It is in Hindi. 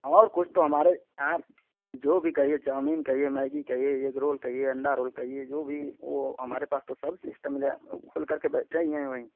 और कुछ तो हमारे आप जो भी कहिए चाऊमीन कहिए मैगी कहिए एग रोल कहिए अंडा रोल कहिए जो भी वो हमारे पास तो सब सिस्टम है खुल करके बैठते ही हैं वहीं